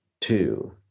two